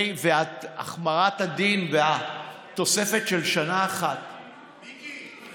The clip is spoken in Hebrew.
והחמרת הדין והתוספת של שנה אחת ענישה,